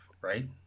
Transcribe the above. right